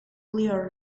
clear